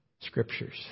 Scriptures